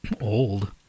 old